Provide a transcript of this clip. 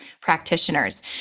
practitioners